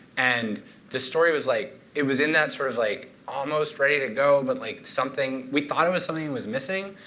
and the story was like, it was in that sort of like, almost ready to go, but like something we thought it was something was missing.